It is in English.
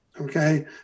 okay